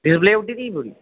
display उड्डी दी ही पूरी